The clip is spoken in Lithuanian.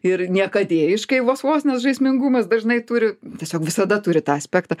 ir niekadėjiškai vos vos nes žaismingumas dažnai turi tiesiog visada turi tą aspektą